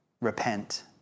repent